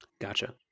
gotcha